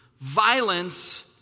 Violence